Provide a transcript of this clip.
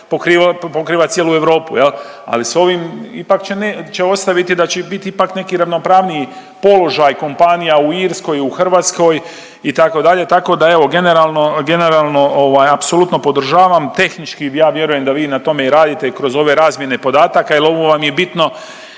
pokriva cijelu Europu jel, ali s ovim ipak će ne…, će ostaviti da će bit ipak neki ravnopravniji položaj kompanija u Irskoj, u Hrvatskoj itd., tako da evo generalno, generalno ovaj apsolutno podržavam. Tehnički ja vjerujem da vi na tome i radite i kroz ove razmjene podataka jel ovo vam je bitno